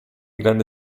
grande